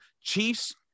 Chiefs